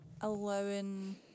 allowing